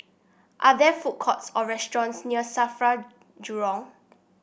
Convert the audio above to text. are there food courts or restaurants near Safra Jurong